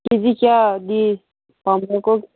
ꯄꯥꯝꯕ꯭ꯔꯀꯣ